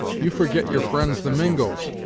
you forget your friends the mingos,